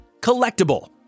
collectible